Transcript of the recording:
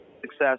success